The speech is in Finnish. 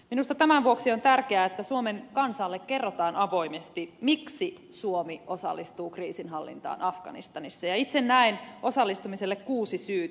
minusta tämän vuoksi on tärkeää että suomen kansalle kerrotaan avoimesti miksi suomi osallistuu kriisinhallintaan afganistanissa ja itse näen osallistumiselle kuusi syytä